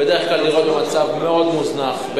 ובדרך כלל הדירות במצב מאוד מוזנח,